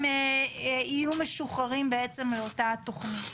יהיו משוחררים מאותה תוכנית.